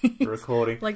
recording